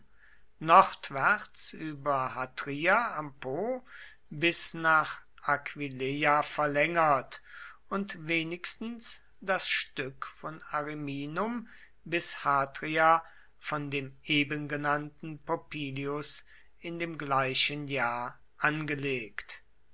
nordwärts über hatria am po bis nach aquileia verlängert und wenigstens das stück von ariminum bis hatria von dem ebengenannten popillius in dem gleichen jahr angelegt